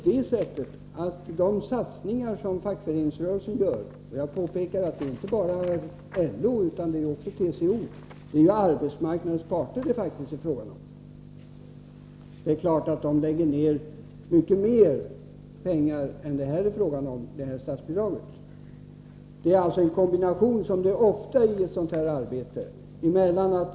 De satsningar som fackföreningsrörelsen gör, och jag vill då påpeka att det är inte bara LO utan också TCO - ja, det är faktiskt arbetsmarknadens parter det är fråga om — kostar naturligtvis mycket mer pengar än det statsbidrag som det här gäller. Det handlar alltså om en kombination, som så ofta i sådant här arbete.